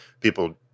people